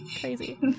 crazy